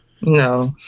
No